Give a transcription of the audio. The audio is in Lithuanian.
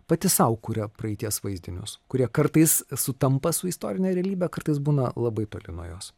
pati sau kuria praeities vaizdinius kurie kartais sutampa su istorine realybe kartais būna labai toli nuo jos